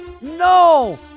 No